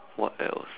what else